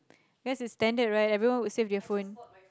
ya it's standard right everyone would save their phone